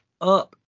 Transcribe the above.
up